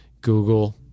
google